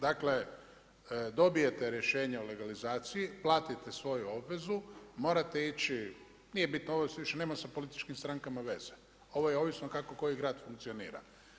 Dakle, dobijete rješenje o legalizaciji, platite svoju obvezu, morate ići nije bitno ovo više nema sa političkim strankama veze, ovo je ovisno kako koji grad funkcionira.